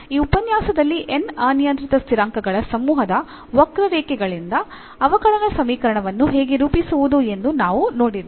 ಈ ಉಪನ್ಯಾಸದಲ್ಲಿ n ಅನಿಯಂತ್ರಿತ ಸ್ಥಿರಾಂಕಗಳ ಸಮೂಹದ ವಕ್ರರೇಖೆಗಳಿಂದ ಅವಕಲನ ಸಮೀಕರಣವನ್ನು ಹೇಗೆ ರೂಪಿಸುವುದು ಎಂದು ನಾವು ನೋಡಿದ್ದೇವೆ